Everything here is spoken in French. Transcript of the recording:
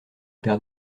père